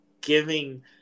giving